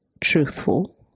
truthful